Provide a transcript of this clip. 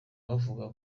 bavuga